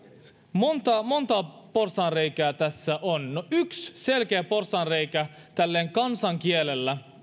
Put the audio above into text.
monta monta porsaanreikää tässä on yksi selkeä porsaanreikä tälleen kansankielellä